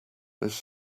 this